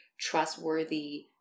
trustworthy